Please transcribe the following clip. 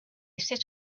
set